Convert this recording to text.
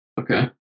okay